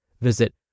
Visit